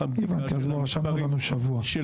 פעם אחת --- של המספרים.